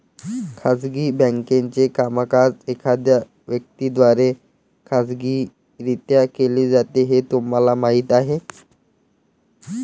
खाजगी बँकेचे कामकाज एखाद्या व्यक्ती द्वारे खाजगीरित्या केले जाते हे तुम्हाला माहीत आहे